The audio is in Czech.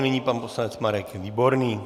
Nyní pan poslanec Marek Výborný.